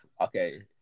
Okay